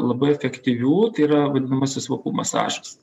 labai efektyvių tai yra vadinamasis vokų masažas